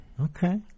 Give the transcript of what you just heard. Okay